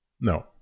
No